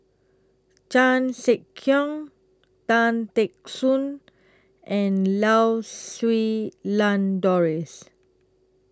Chan Sek Keong Tan Teck Soon and Lau Siew Lang Doris